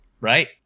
Right